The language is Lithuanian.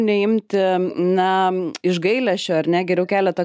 neimti na iš gailesčio ar ne geriau keletą